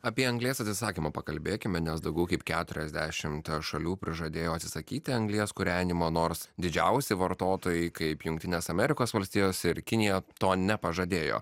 apie anglies atsisakymą pakalbėkime nes daugiau kaip keturiasdešimt šalių pažadėjo atsisakyti anglies kūrenimo nors didžiausi vartotojai kaip jungtinės amerikos valstijos ir kinija to nepažadėjo